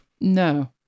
No